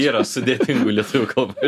yra sudėtingų lietuvių kalboj